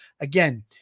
again